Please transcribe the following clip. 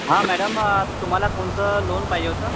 हां मॅडम तुम्हाला कोणतं लोन पाहिजे होतं